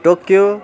Tokyo